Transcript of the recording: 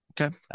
Okay